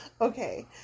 Okay